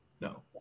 No